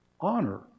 Honor